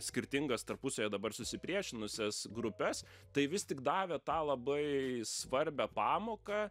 skirtingas tarpusavyje dabar susipriešinusias grupes tai vis tik davė tą labai svarbią pamoką